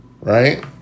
right